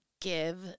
give